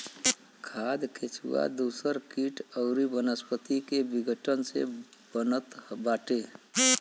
खाद केचुआ दूसर किट अउरी वनस्पति के विघटन से बनत बाटे